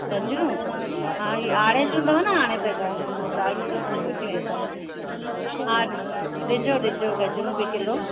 गजरूं हा इएं ऑरेंज हूंदव न हाणे त गाजरूं ॻाढ़ी त फुल थी वयूं हा ॾिजो ॾिजो गजरूं बि किलो